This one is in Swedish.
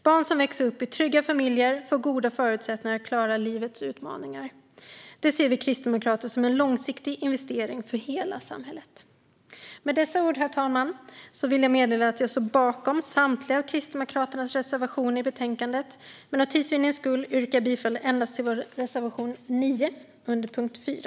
Barn som växer upp i trygga familjer får goda förutsättningar att klara livets utmaningar. Det ser vi kristdemokrater som en långsiktig investering för hela samhället. Herr talman! Jag står bakom samtliga av kristdemokraternas reservationer, men för tids vinnande yrkar jag bifall endast till vår reservation 9 under punkt 4.